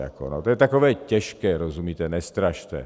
To je takové těžké, rozumíte nestrašte.